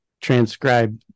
transcribe